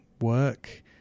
work